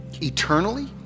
eternally